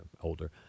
older